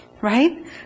right